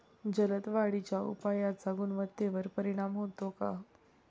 जलद वाढीच्या उपायाचा गुणवत्तेवर परिणाम होतो का?